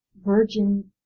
virgin